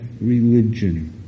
religion